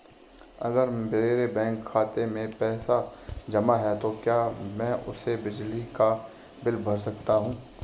अगर मेरे बैंक खाते में पैसे जमा है तो क्या मैं उसे बिजली का बिल भर सकता हूं?